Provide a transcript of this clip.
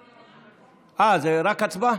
אה, רק הצבעה?